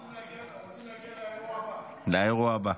רוצים להגיע לאירוע הבא.